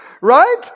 Right